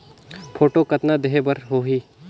Photo कतना देहें बर होहि?